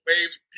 waves